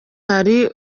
hari